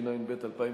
התשע"ב 2011,